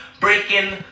breaking